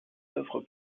œuvres